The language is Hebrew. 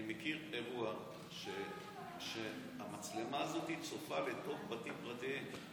אני מכיר אירוע שהמצלמה הזאת צופה לתוך בתים פרטיים.